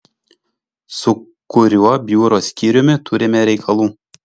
su kuriuo biuro skyriumi turime reikalų